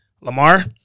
Lamar